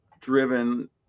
driven